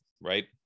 right